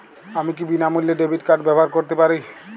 আমি কি বিনামূল্যে ডেবিট কার্ড ব্যাবহার করতে পারি?